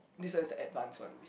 this as the advance one